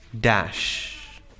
dash